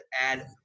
add